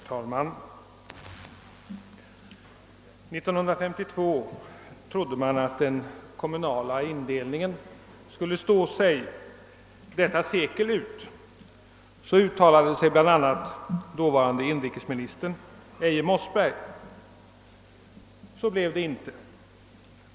Herr talman! 1952 trodde man att den kommunala indelningen skulle stå sig detta sekel ut. Så uttalade sig bl.a. dåvarande inrikesministern Eje Mossberg. Det blev inte på det sättet.